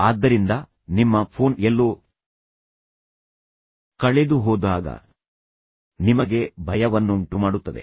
ಆದ್ದರಿಂದ ನಿಮ್ಮ ಫೋನ್ ಎಲ್ಲೋ ಕಳೆದುಹೋದಾಗ ನಿಮಗೆ ಭಯವನ್ನುಂಟುಮಾಡುತ್ತದೆ